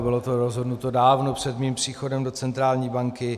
Bylo to rozhodnuto dávno před mým příchodem do centrální banky.